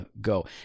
go